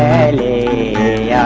a